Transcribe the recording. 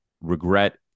regret